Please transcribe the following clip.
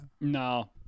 No